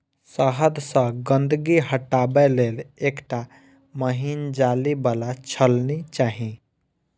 शहद सं गंदगी हटाबै लेल एकटा महीन जाली बला छलनी चाही